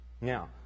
Now